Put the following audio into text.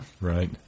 Right